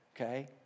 okay